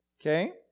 okay